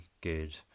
good